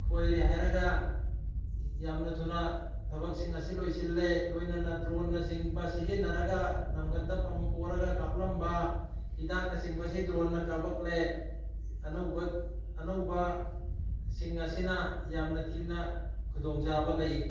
ꯈꯣꯏꯔꯦ ꯍꯥꯏꯔꯒ ꯌꯥꯝꯅ ꯊꯨꯅ ꯊꯕꯛꯁꯤꯡ ꯑꯁꯤ ꯂꯣꯏꯁꯤꯜꯂꯦ ꯂꯣꯏꯅꯅ ꯗ꯭ꯔꯣꯟꯅꯆꯤꯡꯕ ꯁꯤꯖꯤꯟꯅꯔꯒ ꯅꯪꯒꯟꯗ ꯄꯝ ꯄꯣꯔꯒ ꯀꯥꯞꯂꯝꯕ ꯍꯤꯗꯥꯛꯅꯆꯤꯡꯕꯁꯤ ꯗ꯭ꯔꯣꯟꯅ ꯀꯥꯞꯂꯛꯂꯦ ꯑꯅꯧꯕ ꯑꯅꯧꯕꯁꯤꯡ ꯑꯁꯤꯅ ꯌꯥꯝꯅ ꯊꯤꯕ ꯈꯨꯗꯣꯡ ꯆꯥꯕ ꯂꯩ